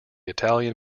italian